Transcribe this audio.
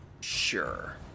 Sure